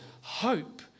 hope